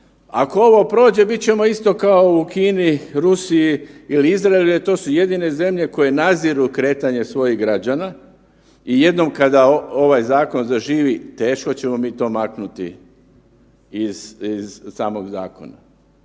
Ako ovo prođe, bit ćemo isto kao u Kini, Rusiji ili Izraelu jer to su jedine zemlje koje nadziru kretanje svojih građana i jednom kada ovaj zakon zaživi teško ćemo mi to maknuti iz, iz samog zakona